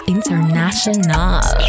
International